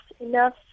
enough